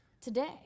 today